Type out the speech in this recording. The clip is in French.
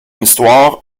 histoire